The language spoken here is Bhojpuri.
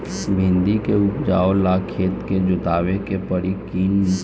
भिंदी के उपजाव ला खेत के जोतावे के परी कि ना?